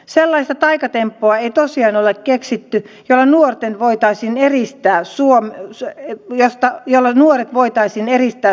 sellaista taikatemppua ei tosiaan ole keksitty jolla nuoret voitaisiin eristää suomea se josta vielä nuori voitaisiin yrittää